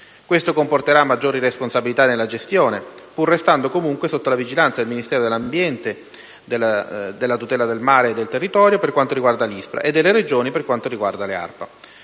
Questo comporterà maggiori responsabilità nella gestione, pur restando comunque sotto la vigilanza del Ministero dell'ambiente e della tutela del territorio e del mare, per quanto riguarda l'ISPRA, e delle Regioni, per quanto riguarda invece le ARPA.